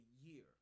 year